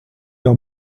leur